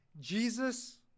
Jesus